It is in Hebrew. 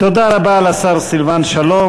תודה רבה לשר סילבן שלום,